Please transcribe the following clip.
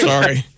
Sorry